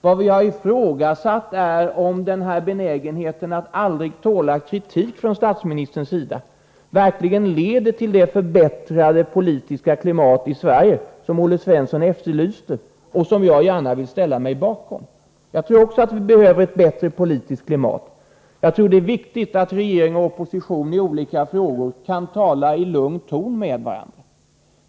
Vad vi har ifrågasatt är också om statsministerns benägenhet att aldrig tåla kritik verkligen leder till det förbättrade politiska klimat i Sverige som Olle Svensson efterlyste — ett önskemål som jag gärna vill ställa mig bakom. Jag tror också att vi behöver ett bättre politiskt klimat. Jag tycker att det är viktigt att regering och opposition i olika frågor kan tala i lugn ton med varandra.